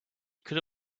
could